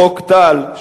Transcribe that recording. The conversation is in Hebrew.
חוק טל,